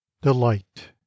Delight